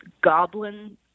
goblin